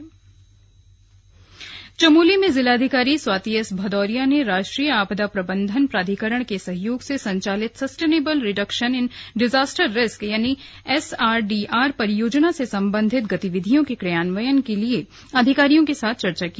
slug SRDR Chamoli Chamoli में जिलाधिकारी Swati S Bhadauria ने राष्ट्रीय आपदा प्रबन्धन प्राधिकरण के सहयोग से संचालित sustainable reduction in disaster risk SRDR परियोजना से संबंधित गतिविधयों के क्रियान्वयन के लिए अधिकारियों के साथ चर्चा की